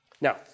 Now